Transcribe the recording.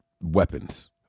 weapons